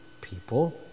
people